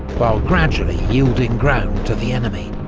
while gradually yielding ground to the enemy.